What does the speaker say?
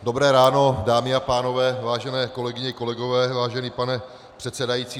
Dobré ráno, dámy a pánové, vážené kolegyně, kolegové, vážený pane předsedající.